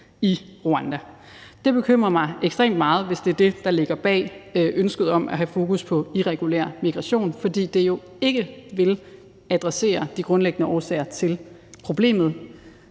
i Rwanda. Det bekymrer mig ekstremt meget, hvis det er det, der ligger bag ønsket om at have fokus på irregulær migration, fordi det jo ikke vil adressere de grundlæggende årsager til problemet,